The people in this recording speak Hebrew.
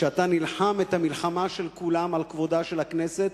שאתה נלחם את המלחמה של כולם על כבודה של הכנסת,